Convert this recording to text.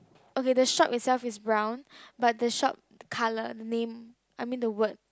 okay the shop itself is brown but the shop colour the name I mean the word